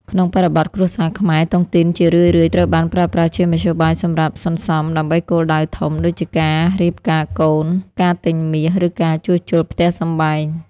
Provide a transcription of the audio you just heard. ក្នុងបរិបទគ្រួសារខ្មែរ តុងទីនជារឿយៗត្រូវបានប្រើប្រាស់ជាមធ្យោបាយសម្រាប់ "សន្សំដើម្បីគោលដៅធំ" ដូចជាការរៀបការកូន ការទិញមាស ឬការជួសជុលផ្ទះសម្បែង។